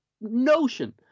notion